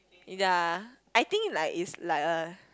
ya I think like is like a